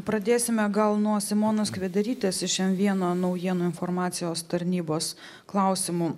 pradėsime gal nuo simonos kvederytės iš m vieno naujienų informacijos tarnybos klausimų